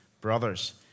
brothers